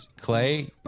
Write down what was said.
Clay